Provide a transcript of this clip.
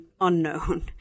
unknown